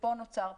ופה נוצר פער.